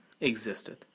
existed